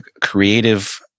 creative